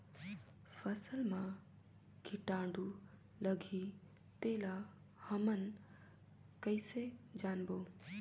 फसल मा कीटाणु लगही तेला हमन कइसे जानबो?